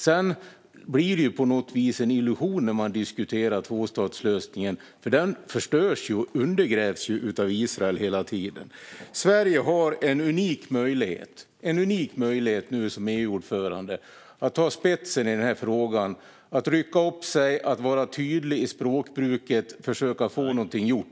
Sedan blir det på något vis en illusion när man diskuterar tvåstatslösningen, för den förstörs och undergrävs ju av Israel hela tiden. Sverige har en unik möjlighet nu som EU-ordförande att gå i spetsen i den här frågan, att rycka upp sig, att vara tydlig i språkbruket och att försöka få någonting gjort.